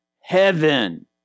heaven